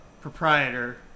proprietor